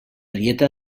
dieta